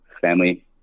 family